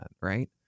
Right